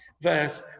verse